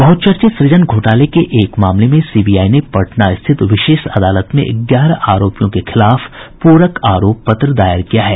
बहुचर्चित सृजन घोटाले के एक मामले में सीबीआई ने पटना स्थित विशेष अदालत में ग्यारह आरोपियों के खिलाफ पूरक आरोप पत्र दायर किया है